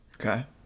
Okay